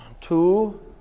Two